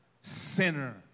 sinner